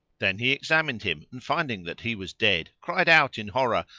then he examined him and, finding that he was dead, cried out in horror,